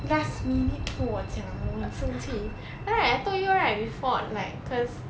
last minute 跟我讲我很生气 right I told you right before like because